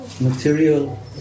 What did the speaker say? material